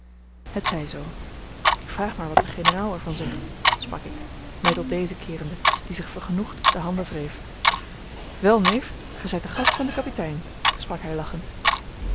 het zij zoo ik vraag maar wat de generaal er van zegt sprak ik mij tot dezen keerende die zich vergenoegd de handen wreef wel neef gij zijt de gast van den kapitein sprak hij lachend